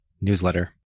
newsletter